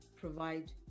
provide